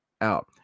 out